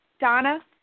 Donna